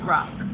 Rock